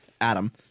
Adam